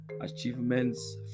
achievements